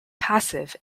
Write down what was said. passive